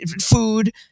food